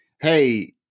hey